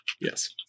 Yes